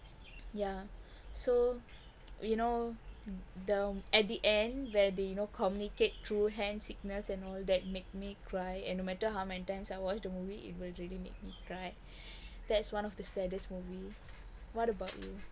ya so you know then at the end where they you know communicate through hand signals and all that made me cry and no matter how many times I watch the movie it will really make me cry that's one of the saddest movie what about you